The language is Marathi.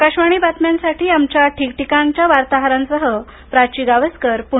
आकाशवाणीबातम्यांसाठीआमच्याठिकठिकाणच्यावार्ताहरांसह प्राची गावस्क पूणे